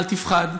אל תפחד,